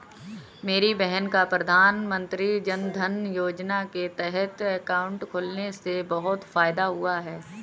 मेरी बहन का प्रधानमंत्री जनधन योजना के तहत अकाउंट खुलने से बहुत फायदा हुआ है